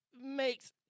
makes